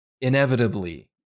inevitably